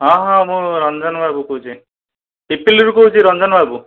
ହଁ ହଁ ମୁଁ ରଞ୍ଜନ ବାବୁ କହୁଛି ପିପିଲରୁ କହୁଛି ରଞ୍ଜନ ବାବୁ